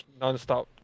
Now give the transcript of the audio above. nonstop